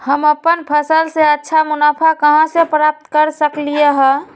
हम अपन फसल से अच्छा मुनाफा कहाँ से प्राप्त कर सकलियै ह?